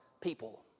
people